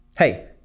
Hey